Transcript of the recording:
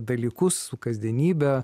dalykus su kasdienybe